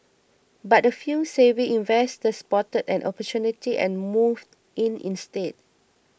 but a few savvy investors spotted an opportunity and moved in instead